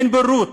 אין פירוט,